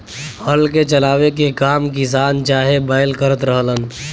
हल के चलावे के काम किसान चाहे बैल करत रहलन